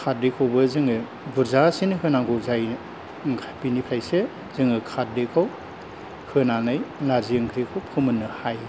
खारदैखौबो जोङो बुरजासिन होनांगौ जायो ओं बिनिफ्रायसो जोङो खारदैखौ होनानै नारजि ओंख्रिखौ फोमोननो हायो